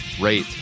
rate